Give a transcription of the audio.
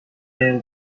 ترین